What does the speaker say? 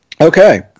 Okay